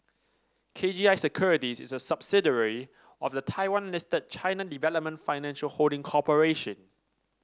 K G I Securities is a subsidiary of the Taiwan Listed China Development Financial Holding Corporation